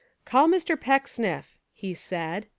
call mr. pecksniff, he said.